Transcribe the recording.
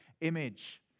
image